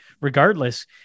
regardless